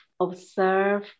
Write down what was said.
Observe